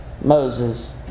Moses